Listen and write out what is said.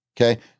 Okay